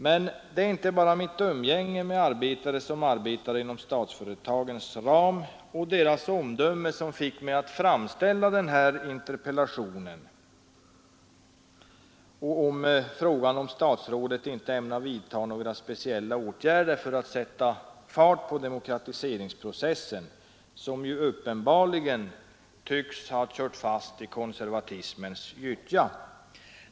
Men det är inte bara i mitt umgänge med arbetare inom statsföretagens ram och deras omdöme som fått mig att framställa frågan i min interpellation, om inte statsrådet ämnar vidtaga några speciella åtgärder för att sätta fart på demokratiseringsprocessen, som uppenbarligen har kört fast i konservatismens gyttja.